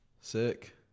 Sick